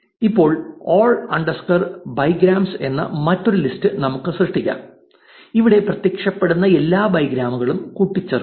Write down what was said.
ഇപ്പോൾ all underscore bigrams എന്ന മറ്റൊരു ലിസ്റ്റ് നമുക്ക് സൃഷ്ടിക്കാം അവിടെ പ്രത്യക്ഷപ്പെടുന്ന എല്ലാ ബൈഗ്രാമുകളും നമ്മൾ കൂട്ടിച്ചേർക്കും